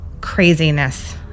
craziness